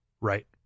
right